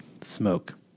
Smoke